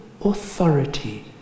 authority